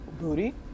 booty